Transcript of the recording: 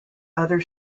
other